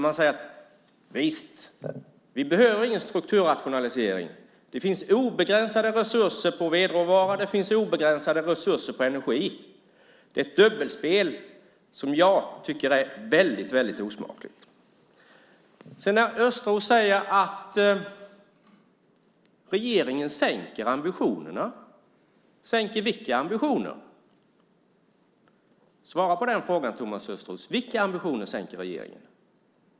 Man säger att vi inte behöver någon strukturrationalisering. Det finns obegränsade resurser på vedråvara och energi. Det är ett dubbelspel som jag tycker är väldigt osmakligt. Sedan säger Östros att regeringen sänker ambitionerna. Vilka ambitioner? Svara på den frågan, Thomas Östros! Vilka ambitioner sänker regeringen?